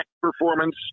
performance